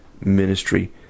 ministry